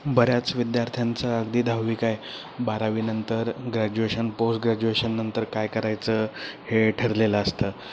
बऱ्याच विद्यार्थ्यांचं अगदी दहावी काय बारावीनंतर ग्रॅज्युएशन पोस्ट ग्रॅज्युएशननंतर काय करायचं हे ठरलेलं असतं